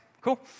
cool